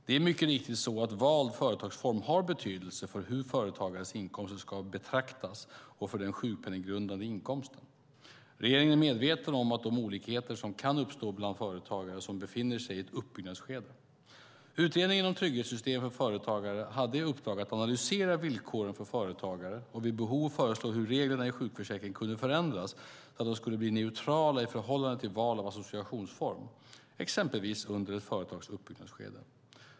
Det är mycket riktigt så att vald företagsform har betydelse för hur företagares inkomster ska betraktas och för den sjukpenninggrundande inkomsten, SGI. Regeringen är medveten om de olikheter som kan uppstå bland företagare som befinner sig i ett uppbyggnadsskede. Utredningen om trygghetssystem för företagare hade i uppdrag att analysera villkoren för företagare och vid behov föreslå hur reglerna i sjukförsäkringen kunde förändras så att de skulle bli neutrala i förhållande till val av associationsform, exempelvis under ett företags uppbyggnadsskede.